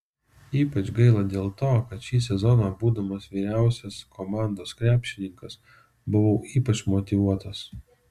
ypač gaila dėl to kad šį sezoną būdamas vyriausias komandos krepšininkas buvau ypač motyvuotas